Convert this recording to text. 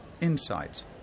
insights